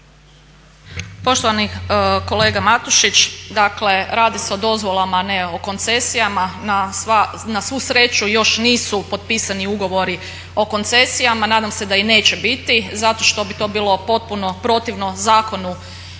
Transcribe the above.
Poštovani kolega Matušić, dakle radi se o dozvolama a ne o koncesijama. Na svu sreću još nisu potpisani ugovori o koncesijama, nadam se da i neće biti zato što bi to bilo potpuno protivno Zakonu